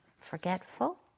forgetful